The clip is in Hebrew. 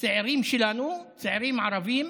צעירים שלנו, צעירים ערבים,